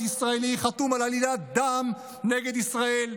ישראלי חתום על עלילת דם נגד ישראל,